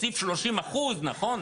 תוסיף 30%, נכון?